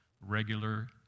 regular